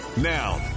Now